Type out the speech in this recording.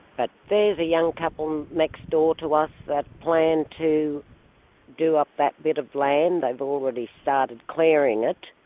but there's a young couple next door to us that plan to do up that bit of land, they've already started clearing it.